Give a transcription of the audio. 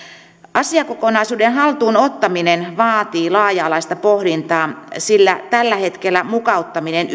asiakokonaisuuden haltuun ottaminen vaatii laaja alaista pohdintaa sillä tällä hetkellä mukauttaminen